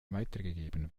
weitergegeben